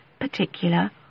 particular